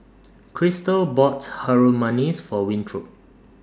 Christal bought Harum Manis For Winthrop